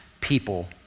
people